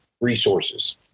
resources